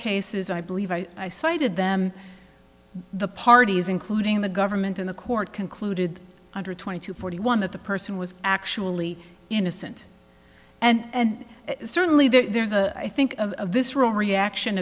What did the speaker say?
cases i believe i cited them the parties including the government in the court concluded under twenty two forty one that the person was actually innocent and certainly there's a i think a visceral reaction